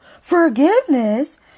Forgiveness